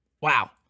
Wow